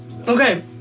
Okay